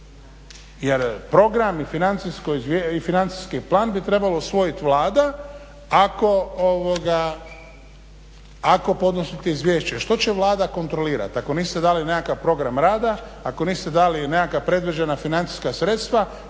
Jer program i financijski plan bi trebala usvojiti Vlada ako podnosite izvješće. Što će Vlada kontrolirati ako niste dali nekakav program rada, ako niste dali nekakva predviđena financijska sredstva?